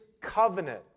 covenant